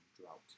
drought